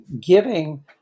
giving